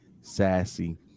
Sassy